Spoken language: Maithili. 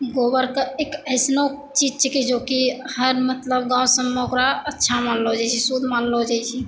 गोबरके एक अइसनो चीज छै जेकि हर मतलब गाँव सबमे ओकरा अच्छा मानलो जाइ छै शुद्द मानलो जाइ छै